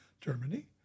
Germany